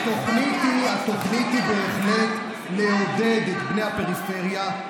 התוכנית היא בהחלט לעודד את בני הפריפריה.